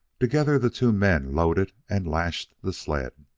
together the two men loaded and lashed the sled.